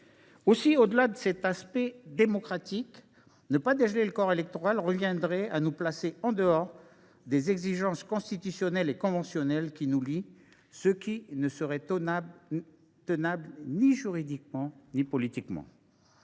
Au delà de cet aspect démocratique, ne pas dégeler le corps électoral reviendrait à nous placer en dehors des exigences constitutionnelles et conventionnelles qui nous lient, ce qui ne serait tenable ni juridiquement ni politiquement.